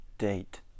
date